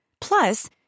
Plus